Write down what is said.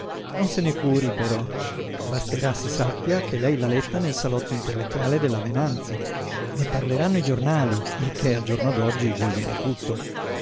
non se ne curi però basterà si sappia che lei l'ha letta nel salotto intellettuale della venanzi ne parleranno i giornali il che al giorno d'oggi vuol dire tutto